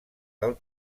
del